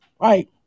Right